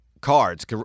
cards